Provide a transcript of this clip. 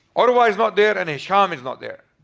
urwah is not there and hishaam is not there.